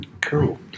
Cool